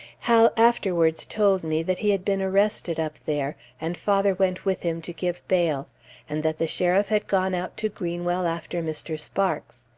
hal afterwards told me that he had been arrested up there, and father went with him to give bail and that the sheriff had gone out to greenwell after mr. sparks.